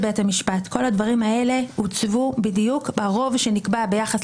את בית המשפט מהתמונה בסוגיות החוקתיות וגם בחלק נכבד מהסוגיות